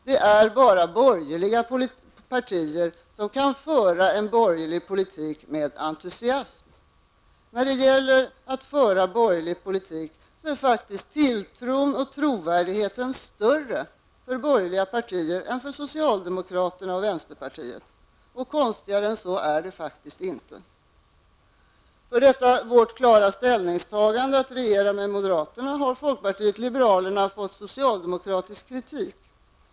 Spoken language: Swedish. Det är bara borgerliga partier som kan föra borgerlig politik med entusiasm. När det gäller att föra borgerlig politik är faktiskt tilltron och trovärdigheten större för borgerliga partier än för socialdemokraterna och vänsterpartiet. Konstigare än så är det faktiskt inte. För vårt klara ställningstagande att regera med moderaterna har folkpartiet liberalerna fått socialdemokratisk kritik.